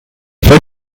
fait